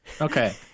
Okay